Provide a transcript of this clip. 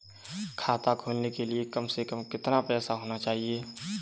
खाता खोलने के लिए कम से कम कितना पैसा होना चाहिए?